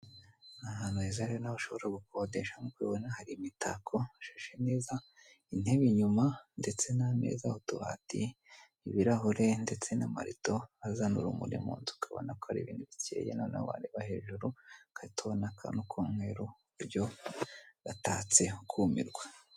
Ahantu heza rero ushobora gukodesha nkuko ubibona hari imitako, hashashe neza, intebe inyuma ndetse n'ameza, utubati, ibirahure ndetse n'amarido azana urumuri mu nzu ukabona ko ari ibintu bikeye noneho wareba hejuru agahita ubona akantu k'umweru uburyo gatatse ukumirwa!